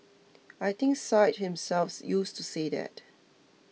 I think Syed himself used to say that